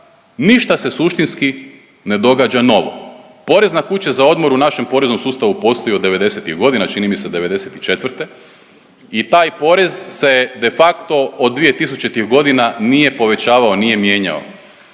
ništa se suštinski ne događa novo. Porezna kuća za odmor u našem poreznom sustavu postoji od '90.-tih godina čini mi se '94. i taj porez se de facto od 2000.-tih godina nije povećavao, nije mijenjao.